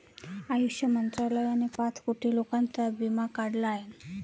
आयुष मंत्रालयाने पाच कोटी लोकांचा विमा काढला आहे